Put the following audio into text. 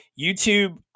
YouTube